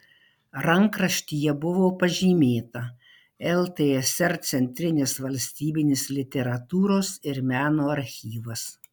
rankraštyje buvo pažymėta ltsr centrinis valstybinis literatūros ir meno archyvas